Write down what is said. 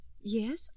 Yes